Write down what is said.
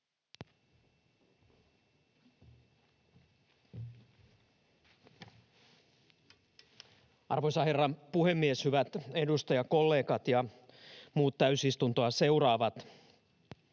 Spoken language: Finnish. Arvoisa herra puhemies! Hyvät edustajakollegat ja muut täysistuntoa seuraavat!